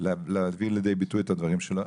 להביא לידי ביטוי את הדברים שלו.